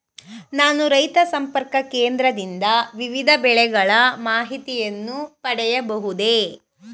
ನಾನು ರೈತ ಸಂಪರ್ಕ ಕೇಂದ್ರದಿಂದ ವಿವಿಧ ಬೆಳೆಗಳ ಮಾಹಿತಿಯನ್ನು ಪಡೆಯಬಹುದೇ?